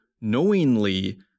knowingly